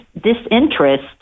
disinterest